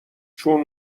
چون